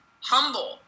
humble